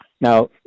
now